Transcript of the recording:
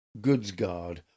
Goodsguard